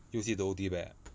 use it to O_T back ah